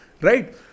Right